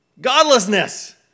godlessness